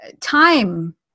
time